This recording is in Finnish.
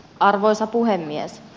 arvoisa puhemies